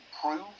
prove